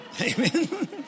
Amen